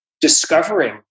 discovering